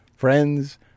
friends